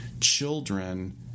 children